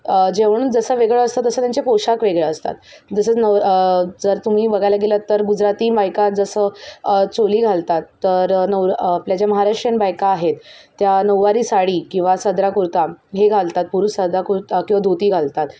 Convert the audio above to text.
जेवण जसं वेगळं असतं तसं त्यांचे पोशाख वेगळं असतात जसं नव जर तुम्ही बघायला गेलं तर गुजराती बायका जसं चोली घालतात तर नवर आपल्या ज्या महाराष्ट्रीयन बायका आहेत त्या नवारी साडी किंवा सदरा कुर्ता हे घालतात पुरुष सदराकुर्ता किंवा धोती घालतात